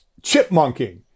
chipmunking